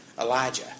Elijah